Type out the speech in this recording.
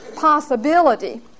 possibility